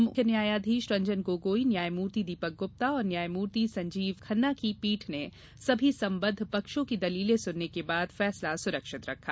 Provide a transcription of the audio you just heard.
मुख्य न्यायाधीश रंजन गोगोई न्यायमूर्ति दीपक ग्रप्ता और न्यायमूर्ति संजीव खन्ना की पीठ ने सभी सम्बद्ध पक्षों की दलीलें सुनने के बाद फैसला सुरक्षित रखा